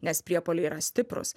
nes priepuoliai yra stiprūs